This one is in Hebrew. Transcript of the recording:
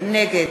נגד